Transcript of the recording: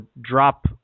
drop